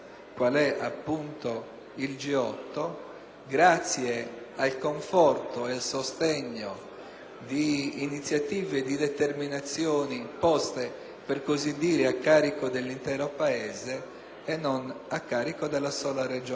di iniziative e di determinazioni poste a carico dell'intero Paese e non a carico della sola Regione Sardegna, favorendo quella celerità delle decisioni senza la quale